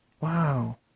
Wow